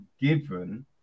given